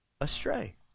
astray